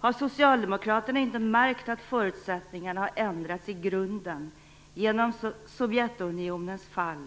Har socialdemokraterna inte märkt att förutsättningarna har ändrats i grunden genom Sovjetunionens fall